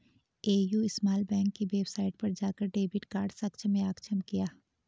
AU small bank की website पर जाकर डेबिट कार्ड सक्षम या अक्षम किया